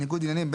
"ניגוד עניינים",